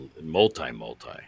Multi-multi